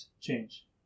change